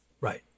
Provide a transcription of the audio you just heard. Right